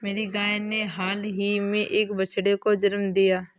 मेरी गाय ने हाल ही में एक बछड़े को जन्म दिया